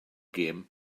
gem